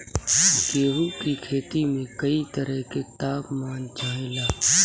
गेहू की खेती में कयी तरह के ताप मान चाहे ला